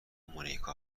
مونیکا